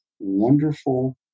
wonderful